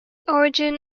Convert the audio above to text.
origin